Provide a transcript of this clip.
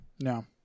No